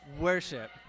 Worship